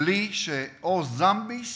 בלי שזמביש